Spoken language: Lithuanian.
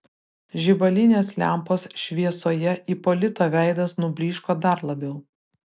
žibalinės lempos šviesoje ipolito veidas nublyško dar labiau